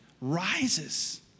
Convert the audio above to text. rises